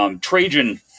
Trajan